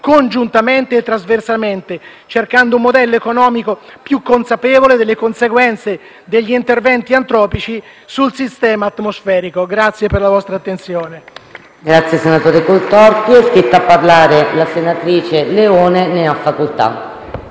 congiuntamente e trasversalmente, cercando un modello economico più consapevole delle conseguenze degli interventi antropici sul sistema atmosferico. Vi ringrazio per l'attenzione.